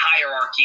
hierarchy